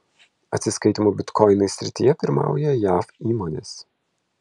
atsiskaitymų bitkoinais srityje pirmauja jav įmonės